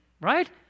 right